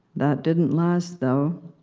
that didn't last, though.